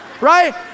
right